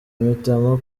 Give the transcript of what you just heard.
mpitamo